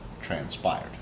transpired